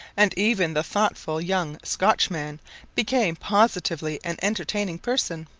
and even the thoughtful young scotchman became positively an entertaining person.